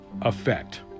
effect